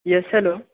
yes hello